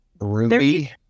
Ruby